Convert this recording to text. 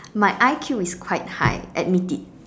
my I_Q is quite high admit it